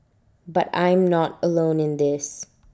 but I'm not alone in this